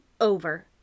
over